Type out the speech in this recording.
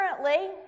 Currently